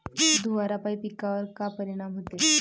धुवारापाई पिकावर का परीनाम होते?